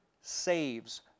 saves